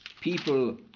people